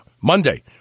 Monday